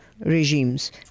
regimes